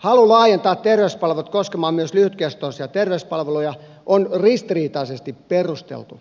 halu laajentaa terveyspalvelut koskemaan myös lyhytkestoisia terveyspalveluja on ristiriitaisesti perusteltu